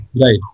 Right